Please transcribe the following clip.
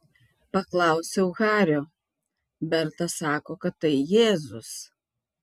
paklausiau hario berta sako kad tai jėzus